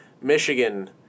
Michigan